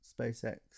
SpaceX